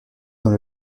dans